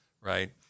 right